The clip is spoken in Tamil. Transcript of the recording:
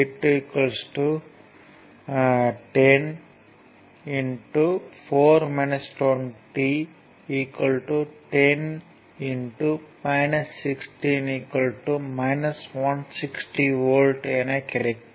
எனவே V2 10 10 16 160 வோல்ட் என கிடைக்கும்